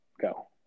Go